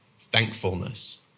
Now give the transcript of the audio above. thankfulness